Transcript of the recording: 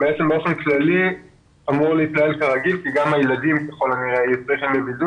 באופן כללי אמור להתנהל כרגיל כי גם הילדים ככל הנראה יצאו לבידוד